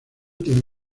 tiene